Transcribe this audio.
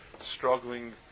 struggling